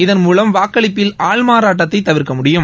இதன்மூவம் வாக்களிப்பில் ஆள் மாறாட்டத்தை தவிர்க்க முடியும்